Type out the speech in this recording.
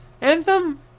Anthem